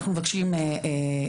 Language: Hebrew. אנחנו מבקשים אישור.